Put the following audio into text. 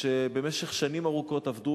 שבמשך שנים ארוכות עבדו